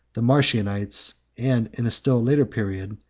the marcionites, and, in a still later period,